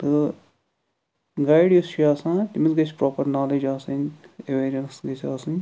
تہٕ گایڈ یُس چھُ آسان تٔمِس گَژھِ پراپَر نالیج آسٕنۍ ایٚویرنٮ۪س گَژھِ آسٕنۍ